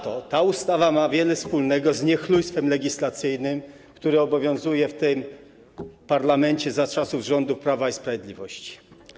Ta ustawa ma za to wiele wspólnego z niechlujstwem legislacyjnym, które obowiązuje w tym parlamencie za czasów rządów Prawa i Sprawiedliwości.